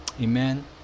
Amen